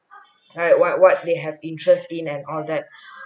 alright what they have interest in and all that